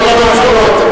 כל הממשלות.